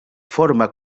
forma